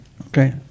Okay